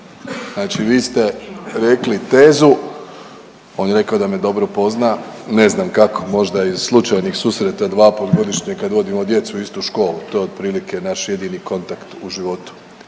Znači vi ste rekli tezu, on je rekao da me dobro pozna, ne znam kako možda iz slučajnih susreta dva puta godišnje kad vodimo djecu u istu školu, to je otprilike naš jedini kontakt u životu,